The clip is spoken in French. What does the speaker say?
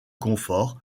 confort